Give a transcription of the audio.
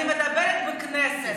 אני מדברת בכנסת.